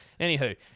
anywho